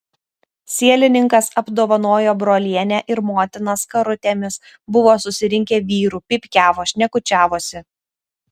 sielininkas apdovanojo brolienę ir motiną skarutėmis buvo susirinkę vyrų pypkiavo šnekučiavosi